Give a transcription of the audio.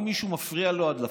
אם מישהו מפריעות לו הדלפות,